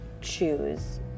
choose